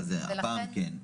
אוקיי, אז הפעם כן.